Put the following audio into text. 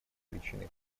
причиной